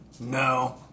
No